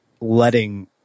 letting